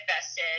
invested